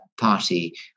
party